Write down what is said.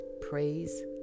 Praise